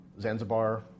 Zanzibar